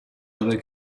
other